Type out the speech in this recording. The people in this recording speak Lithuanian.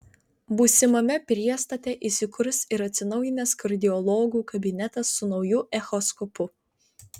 būsimame priestate įsikurs ir atsinaujinęs kardiologų kabinetas su nauju echoskopu